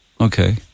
Okay